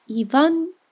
Ivan